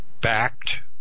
backed